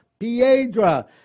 Piedra